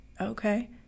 okay